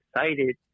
excited